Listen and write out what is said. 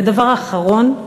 ודבר אחרון,